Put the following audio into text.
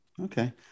Okay